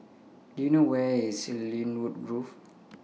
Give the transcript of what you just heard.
Do YOU know Where IS Lynwood Grove